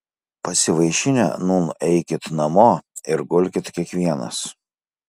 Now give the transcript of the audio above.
pasivaišinę nūn eikit namo ir gulkit kiekvienas